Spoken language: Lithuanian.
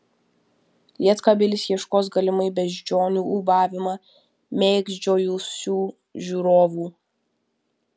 lietkabelis ieškos galimai beždžionių ūbavimą mėgdžiojusių žiūrovų